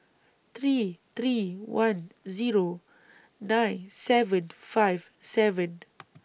three three one Zero nine seven five seven